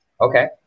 Okay